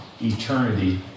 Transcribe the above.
eternity